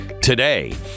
today